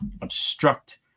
obstruct